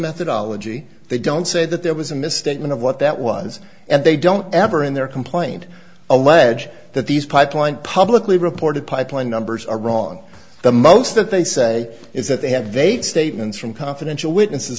methodology they don't say that there was a misstatement of what that was and they don't ever in their complaint allege that these pipeline publicly reported pipeline numbers are wrong the most that they say is that they have they'd statements from confidential witnesses